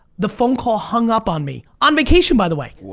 the phone call hung up on me, on vacation by the way,